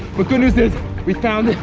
but good news is we found,